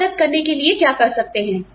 हम मदद करने के लिए क्या कर सकते हैं